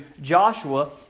Joshua